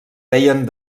deien